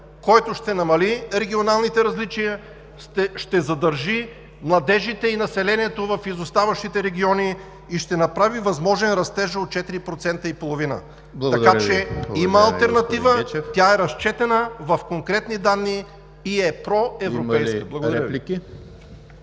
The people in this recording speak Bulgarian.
който ще намали регионалните различия, ще задържи младежите и населението в изоставащите региони и ще направи възможен растежът от 4,5%. Има алтернатива, тя е разчетена в конкретни данни и е проевропейска.